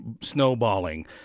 snowballing